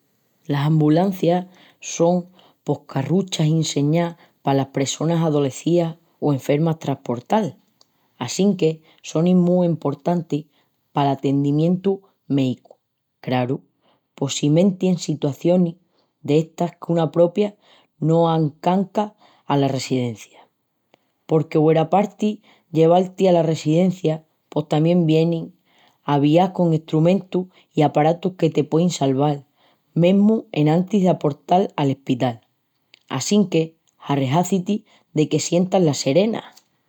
Las ambulancias son pos carruchas inseñás palas pressonas adolecías o enfermas trasportal.. Assinque sonin mu emportantis pal atendimientu méicu, craru, possimenti en sitacionis d'estas que una propia no ancança ala residencia. Porque hueraparti lleval-ti ala residencia pos tamién vienin aviás con estrumentus i aparatus que te puein salval mesmu enantis d'aportal al espital. Assinque arrehazi-ti deque sientias la serena!